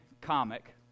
comic